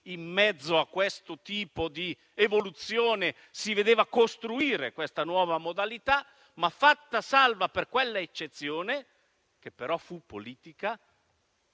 in mezzo a questo tipo di evoluzione, si vedeva costruire questa nuova modalità. Fatta salva quella eccezione, che però fu politica,